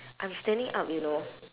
I'm standing up you know